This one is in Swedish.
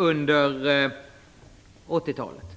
Under 80-talet